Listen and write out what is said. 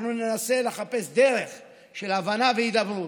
ננסה לחפש דרך של הבנה והידברות.